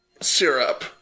syrup